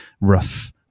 rough